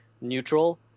neutral